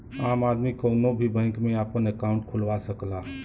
आम आदमी कउनो भी बैंक में आपन अंकाउट खुलवा सकला